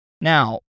Now